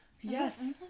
Yes